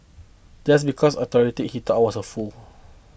just because I tolerated he thought I was a fool